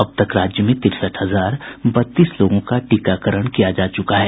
अब तक राज्य में तिरसठ हजार बत्तीस लोगों का टीकाकरण किया जा चुका है